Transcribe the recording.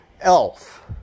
elf